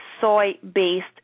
soy-based